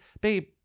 babe